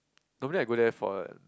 normally I go there for uh